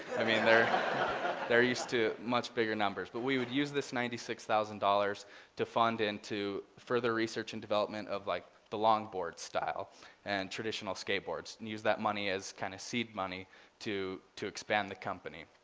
i mean they're they're used to much bigger numbers, but we would use this ninety six thousand dollars to fund into further research and development of like the long boards style and traditional skateboards and use that money as kind of seed money to to expand the company.